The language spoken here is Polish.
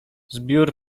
zbiór